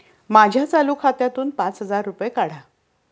माझ्या चालू खात्यातून पाच हजार रुपये काढा